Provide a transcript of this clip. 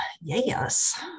Yes